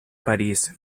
parís